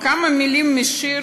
כמה מילים משיר